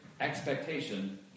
expectation